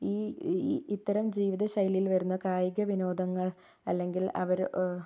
ഈ ഇത്തരം ജീവിത ശൈലിയിൽ വരുന്ന കായിക വിനോദങ്ങൾ അല്ലെങ്കിൽ അവർ